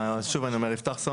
אוסיף.